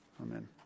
Amen